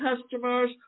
customers